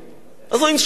אז הוא ינשוך אותך.